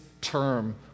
term